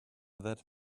that